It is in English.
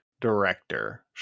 director